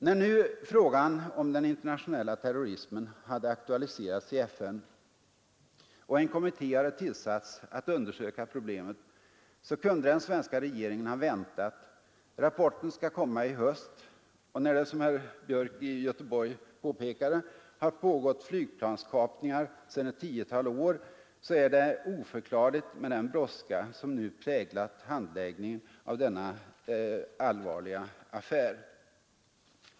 När nu frågan om den internationella terrorismen hade aktualiserats i FN och en kommitté hade tillsatts att undersöka problemet, så kunde den svenska regeringen ha väntat. Rapporten skall komma i höst. När det, som herr Björk i Göteborg påpekade, har pågått flygplanskapningar sedan ett tiotal år är den brådska som nu präglat handläggningen av denna allvarliga affär oförklarlig.